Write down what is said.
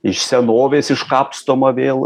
iš senovės iškapstoma vėl